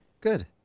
Good